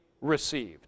received